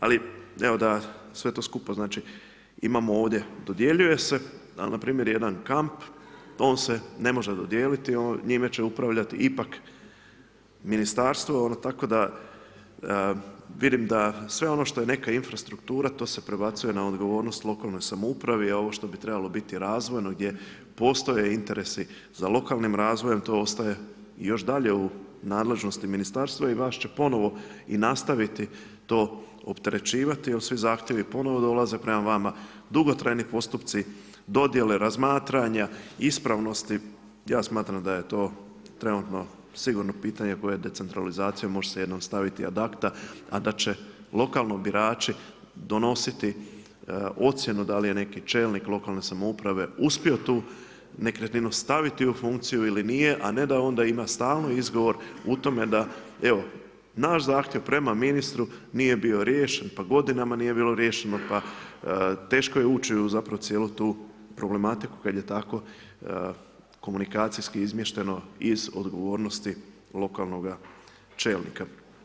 Ali evo da sve to skupa, imamo ovdje dodjeljuje se ali npr. jedan kamp, on se ne može dodijeliti, njime će upravljati ipak ministarstvo tako da vidim da sve ono što je neka infrastruktura to se prebacuje na odgovornost lokalne samouprave, a ovo što bi trebalo biti razvojno, gdje postoje interesi za lokalnim razvojem, to ostaje još dalje u nadležnosti ministarstva i vas će ponovno i nastaviti to opterećivati jer svi zahtjevi ponovno dolaze prema vama, dugotrajni postupci, dodjele, razmatranja, ispravnosti, ja smatram da je to trenutno sigurno pitanje koje decentralizacijom može se jednom staviti ad acta a da će lokalno birači donositi ocjenu da li je neki čelnik lokalne samouprave uspio tu nekretninu staviti u funkciju ili nije a ne da onda ima stalno izgovor u tome da naš zahtjev prema ministru nije bio riješen pa godinama nije bilo riješeno, pa teško je ući u zapravo cijelu tu problematiku kad je tako komunikacijski izmješteno iz odgovornost lokalnoga čelnika.